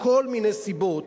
מכל מיני סיבות,